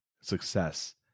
success